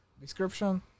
description